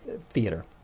theater